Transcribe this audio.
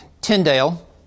Tyndale